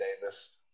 Davis